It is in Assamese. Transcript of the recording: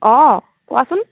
অঁ কোৱাচোন